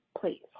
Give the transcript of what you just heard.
please